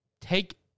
take